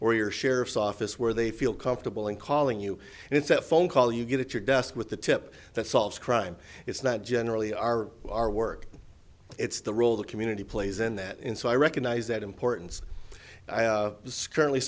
sheriff's office where they feel comfortable in calling you and if that phone call you get at your desk with the tip that solves crime it's not generally our our work it's the role the community plays in that and so i recognize that importance this currently